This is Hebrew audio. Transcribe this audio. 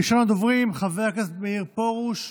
ראשון הדוברים, חבר הכנסת מאיר פרוש.